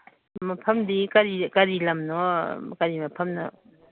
ꯃꯐꯝꯗꯤ ꯀꯔꯤ ꯀꯔꯤ ꯂꯝꯅꯣ ꯀꯔꯤ ꯃꯐꯝꯅꯣ